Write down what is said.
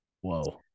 Whoa